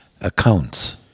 accounts